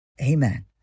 Amen